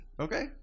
Okay